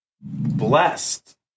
blessed